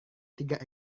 tiga